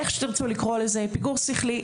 פיגור שכלי,